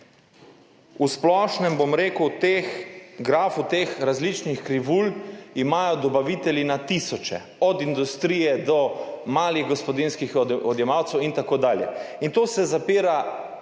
V splošnem, teh grafov, teh različnih krivulj imajo dobavitelji na tisoče, od industrije do malih gospodinjskih odjemalcev in tako dalje,